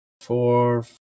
four